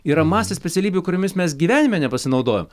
yra masė specialybių kuriomis mes gyvenime nepasinaudojom